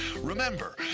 Remember